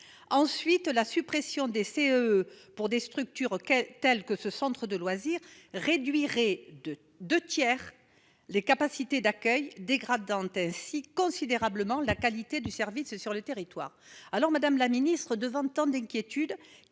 part, la suppression des CEE pour des structures telles que le centre de loisirs de Bon-Encontre réduirait des deux tiers les capacités d'accueil, dégradant ainsi considérablement la qualité du service sur le territoire. Madame la ministre, face à tant d'inquiétudes,